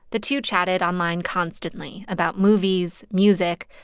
the two chatted online constantly about movies, music.